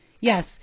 yes